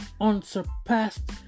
Unsurpassed